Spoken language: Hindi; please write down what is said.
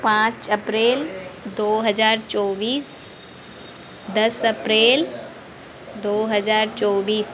पाँच अप्रेल दो हज़ार चौबीस दस अप्रेल दो हज़ार चौबीस